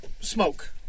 smoke